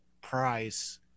Price